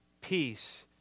Peace